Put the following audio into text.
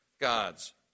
God's